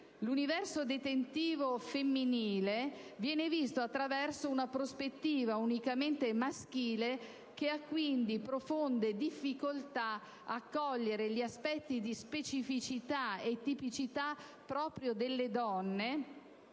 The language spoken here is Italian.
L'universo detentivo femminile viene visto attraverso una prospettiva unicamente maschile che ha, quindi, profonde difficoltà a cogliere gli aspetti di specificità e tipicità propri delle donne,